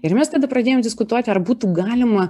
ir mes tada pradėjom diskutuoti ar būtų galima